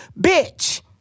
bitch